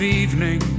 evening